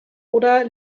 oder